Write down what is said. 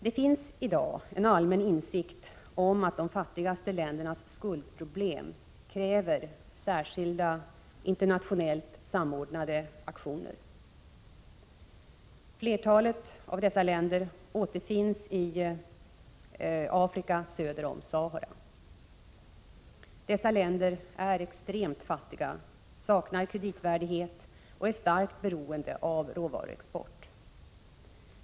Det finns i dag en allmän insikt om att de fattigaste ländernas skuldproblem kräver särskilda, internationallt samordnade aktioner. Flertalet av dessa länder återfinns i Afrika söder om Sahara. Dessa länder är extremt fattiga, de saknar kreditvärdighet och är starkt beroende av råvaruexport.